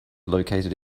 located